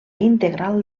integral